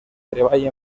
treball